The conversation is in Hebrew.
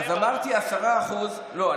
אז אמרתי 10% לא,